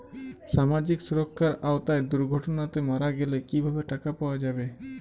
সামাজিক সুরক্ষার আওতায় দুর্ঘটনাতে মারা গেলে কিভাবে টাকা পাওয়া যাবে?